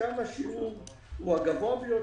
ששם השיעור הוא הגבוה ביותר,